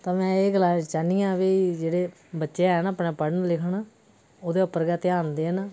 तां में एह् गलाना चाहन्नी आं कि जेहड़े बच्चे ऐ ना अपना पढ़न लिखन ओह्दे उप्पर गै ध्यान देन